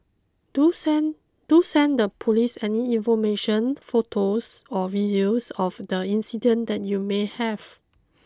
do send do send the police any information photos or videos of the incident that you may have